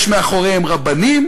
יש מאחוריהם רבנים,